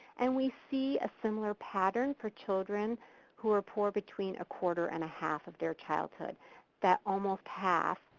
and we see a similar pattern for children who are poor between a quarter and a half of their childhood that almost half,